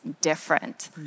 different